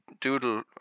doodle